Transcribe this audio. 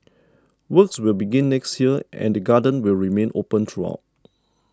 works will begin next year and the garden will remain open throughout